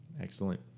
Excellent